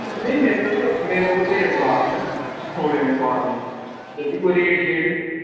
नेई मेरे कोल नेईं मेरे कोल ते बाग न खोड़ें दे बाग न ते कोई रेट